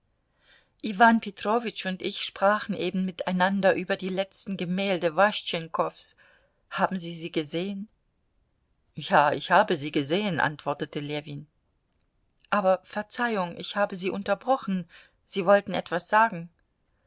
iwan petrowitsch und ich sprachen eben miteinander über die letzten gemälde waschtschenkows haben sie sie gesehen ja ich habe sie gesehen antwortete ljewin aber verzeihung ich habe sie unterbrochen sie wollten etwas sagen